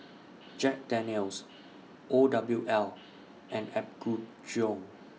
Jack Daniel's O W L and Apgujeong